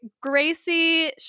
Gracie